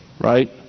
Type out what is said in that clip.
right